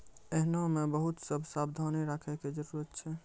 एहनो मे बहुते सभ सावधानी राखै के जरुरत छै